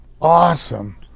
awesome